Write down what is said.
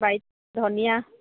বাৰীত ধনিয়া